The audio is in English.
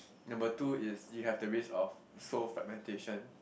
number two is you have the risk of so fragmentation